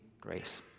grace